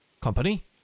company